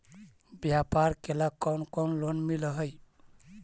व्यापार करेला कौन कौन लोन मिल हइ?